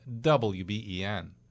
WBEN